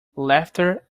laughter